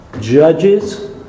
Judges